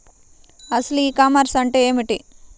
అసలు ఈ కామర్స్ అంటే ఏమిటి?